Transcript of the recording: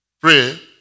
Pray